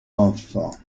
enfants